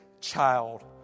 child